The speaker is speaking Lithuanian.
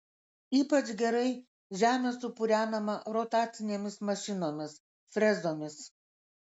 ypač gerai žemė supurenama rotacinėmis mašinomis frezomis